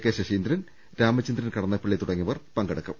K Saseendran Ramachandran Kadannappally തുടങ്ങിയവർ സംബന്ധിക്കും